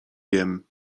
jem